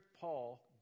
Paul